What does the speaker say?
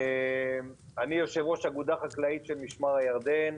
אני יושב-ראש אגודה חקלאית של משמר הירדן.